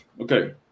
Okay